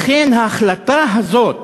לכן, ההחלטה הזאת